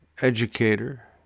educator